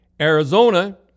Arizona